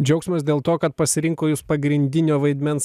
džiaugsmas dėl to kad pasirinko jus pagrindinio vaidmens